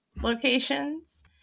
locations